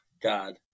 God